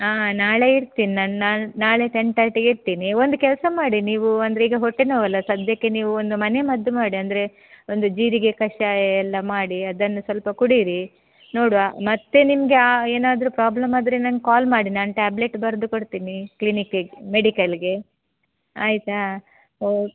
ಹಾಂ ನಾಳೆ ಇರ್ತಿನಿ ನಾನು ನಾಳೆ ಟೆನ್ ಥರ್ಟಿಗೆ ಇರ್ತೀನಿ ಒಂದು ಕೆಲಸ ಮಾಡಿ ನೀವು ಅಂದರೆ ಈಗ ಹೊಟ್ಟೆನೋವಲ್ವ ಸದ್ಯಕ್ಕೆ ನೀವು ಒಂದು ಮನೆ ಮದ್ದು ಮಾಡಿ ಅಂದರೆ ಒಂದು ಜೀರಿಗೆ ಕಷಾಯ ಎಲ್ಲ ಮಾಡಿ ಅದನ್ನು ಸ್ವಲ್ಪ ಕುಡಿಯಿರಿ ನೋಡುವ ಮತ್ತು ನಿಮಗೆ ಏನಾದರು ಪ್ರಾಬ್ಲೆಮಾದರೆ ನನ್ಗೆ ಕಾಲ್ ಮಾಡಿ ನಾನು ಟ್ಯಾಬ್ಲೆಟ್ ಬರೆದು ಕೊಡ್ತೀನಿ ಕ್ಲಿನಿಕಿಗೆ ಮೆಡಿಕಲ್ಗೆ ಆಯಿತಾ ಓ